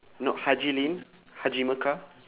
not haji lane haji mecca